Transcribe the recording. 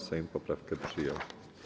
Sejm poprawkę przyjął.